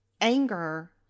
anger